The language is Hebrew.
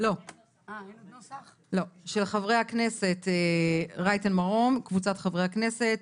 של חברת הכנסת רייטן מרום וקבוצת חברי הכנסת,